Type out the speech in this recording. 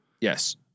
Yes